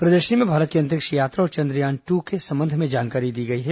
प्रदर्शनी में भारत की अंतरिक्ष यात्रा और चंद्रयान ट्र के संबंध में जानकारी दी गई है